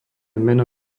meno